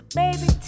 baby